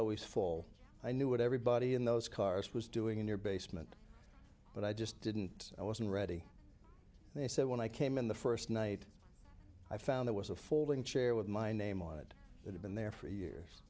always full i knew what everybody in those cars was doing in your basement but i just didn't i wasn't ready they said when i came in the st night i found there was a folding chair with my name on it that had been there for years